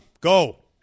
go